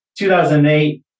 2008